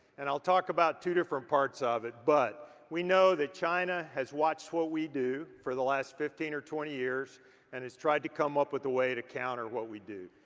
and i'll talk about two different parts of it, but we know that china has watched what we do for the last fifteen or twenty years and has tried to come up with a way to counter what we do.